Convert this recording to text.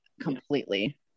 completely